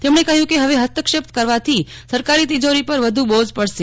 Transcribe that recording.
તેમણે કહ્યું કે હવે હસ્તક્ષેપ કરવાથી સરકારી તિજોરી પર વ્ધુ બોઝ પડશે